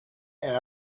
and